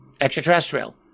extraterrestrial